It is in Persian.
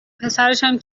پسرشم